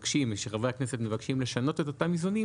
משחברי הכנסת מבקשים לשנות את אותם איזונים,